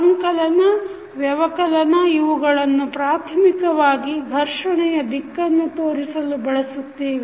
ಸಂಕಲನ ವ್ಯಕಲನ ಇವುಗಳನ್ನು ಪ್ರಾಥಮಿಕವಾಗಿ ಘರ್ಷಣೆಯ ದಿಕ್ಕನ್ನು ತೋರಿಸಲು ಬಳಸುತ್ತೇವೆ